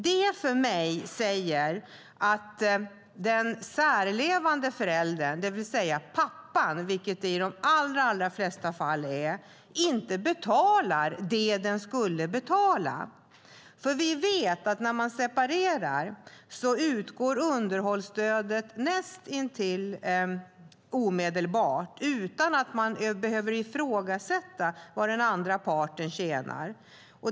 Det för mig säger att den särlevande föräldern - det vill säga pappan, vilket det i de flesta fall är - inte betalar det den skulle betala. Vi vet att när man separerar utgår underhållsstödet nästintill omedelbart utan att man behöver ifrågasätta vad den andra parten tjänar.